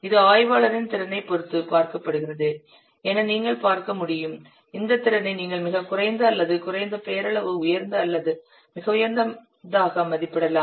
இது ஆய்வாளரின் திறனைப் பொறுத்து பார்க்கப்படுகிறது என நீங்கள் பார்க்க முடியும் இந்த திறனை நீங்கள் மிகக் குறைந்த அல்லது குறைந்த பெயரளவு உயர்ந்த அல்லது மிக உயர்ந்ததாக மதிப்பிடலாம்